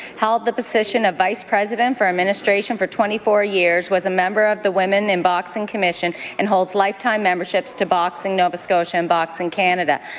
held the position of vice-president of administration for twenty four years, was a member of the women in boxing commission, and holds lifetime memberships to boxing nova scotia and boxing canada.